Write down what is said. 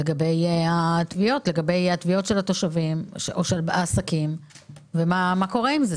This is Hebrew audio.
לגבי התביעות של התושבים או של העסקים ומה קורה עם זה.